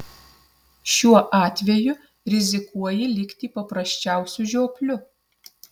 šiuo atveju rizikuoji likti paprasčiausiu žiopliu